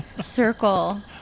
circle